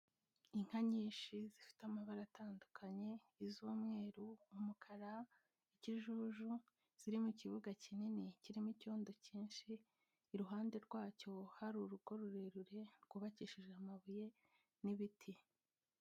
Inka nyinshi zifite amabara atandukanye iz'umweru, umukara, ikijuju, ziri mu kibuga kinini kirimo icyo ibyondo cyinshi, iruhande rwacyo hari urugo rurerure rwubakishije amabuye n'ibiti.